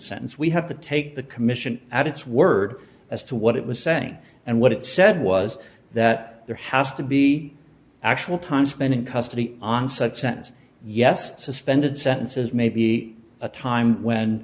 sentence we have to take the commission at its word as to what it was saying and what it said was that there has to be actual time spent in custody on such sentence yes suspended sentences may be a time when